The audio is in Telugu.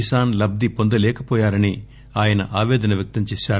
కిసాన్ లబ్ది పొందలేకవోయారని ఆయన ఆపేధన వ్యక్తంచేశారు